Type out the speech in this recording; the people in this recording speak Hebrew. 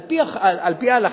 על-פי ההלכה,